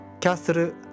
castle